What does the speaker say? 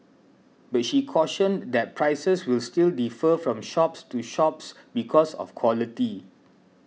but she cautioned that prices will still defer from shops to shops because of quality